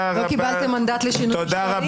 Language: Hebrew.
לא קיבלתם מנדט לשינוי משטרי.